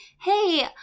hey